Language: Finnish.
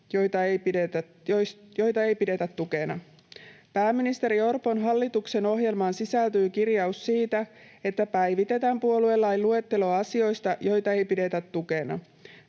joita ei pidetä tukena. Pääministeri Orpon hallituksen ohjelmaan sisältyy kirjaus siitä, että päivitetään puoluelain luetteloa asioista, joita ei pidetä tukena.